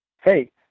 Hey